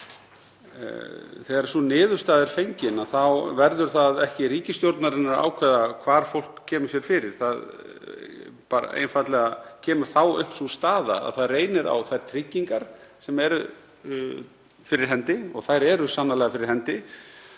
Þegar sú niðurstaða er fengin verður það ekki ríkisstjórnarinnar að ákveða hvar fólk kemur sér fyrir, þá kemur einfaldlega upp sú staða að það reynir á þær tryggingar sem eru fyrir hendi, og þær eru sannarlega fyrir hendi,